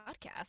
podcast